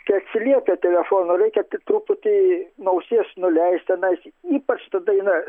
kai atsiliepia telefonu reikia tik truputį nuo ausies nuleist tenais ypač tada eina